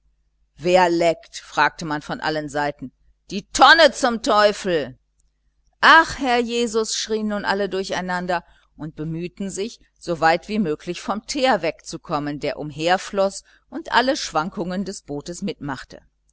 wer leckt fragte man von allen seiten die tonne zum teufel ach herr jesus schrien nun alle durcheinander und bemühten sich so weit wie möglich vom teer wegzukommen der umherfloß und alle schwankungen des bootes mitmachte